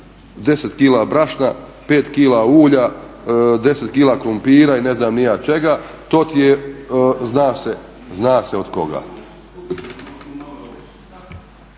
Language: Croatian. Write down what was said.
10 kg brašna, 5 kg ulja, 10 kg krumpira i ne znam ni ja čega, to ti je zna se od koga.